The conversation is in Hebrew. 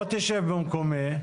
בוא תשב במקומי.